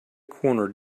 corner